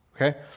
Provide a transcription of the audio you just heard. Okay